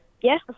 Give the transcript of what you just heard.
Yes